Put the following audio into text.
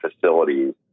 facilities